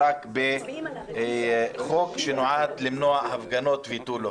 למנוע הפגנות ותו לא.